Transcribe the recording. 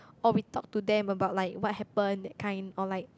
or we talk to them about like what happen that kind or like